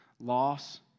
loss